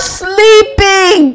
sleeping